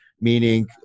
meaning